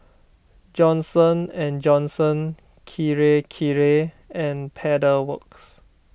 Johnson and Johnson Kirei Kirei and Pedal Works